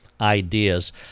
Ideas